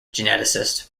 geneticist